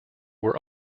were